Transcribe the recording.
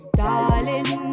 darling